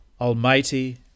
Almighty